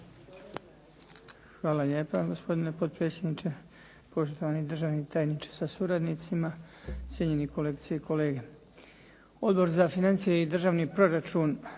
Hvala lijepa, gospodine potpredsjedniče. Poštovani državni tajniče sa suradnicima. Cijenjeni kolegice i kolege. Odbor za financije i državni proračun